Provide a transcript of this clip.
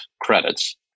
credits